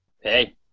Hey